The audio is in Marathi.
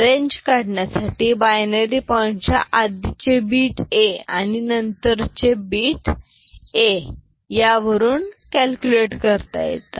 रेंज काढण्यासाठी बायनरी पॉईंट च्या आधीचे बीट A अणि नंतर चे B यावरून कॅल्क्युलेट करता येईल